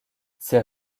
ses